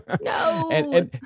No